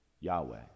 Yahweh